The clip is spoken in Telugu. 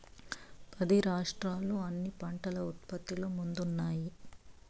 పది రాష్ట్రాలు అన్ని పంటల ఉత్పత్తిలో ముందున్నాయి